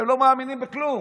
הם לא מאמינים בכלום,